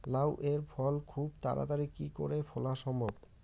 লাউ এর ফল খুব তাড়াতাড়ি কি করে ফলা সম্ভব?